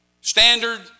Standard